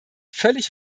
völlig